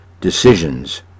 decisions